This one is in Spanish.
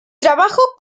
trabajo